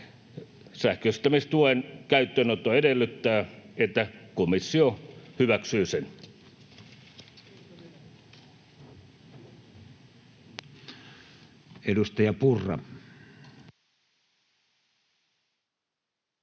Sähköistämistuen käyttöönotto edellyttää, että komissio hyväksyy sen.